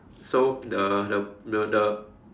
so the the the the